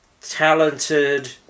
talented